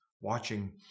watching